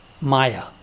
maya